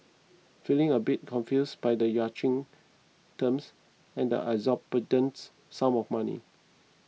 feeling a bit confused by the yachting terms and exorbitant sums of money